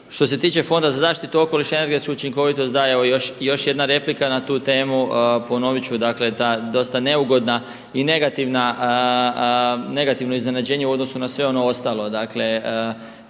Što se tiče Fonda za zaštitu okoliša i energetsku učinkovitost da evo još jedna replika na tu temu. Ponovit ću da dosta neugodna i negativno iznenađenje u odnosu na sve ono ostalo. Dakle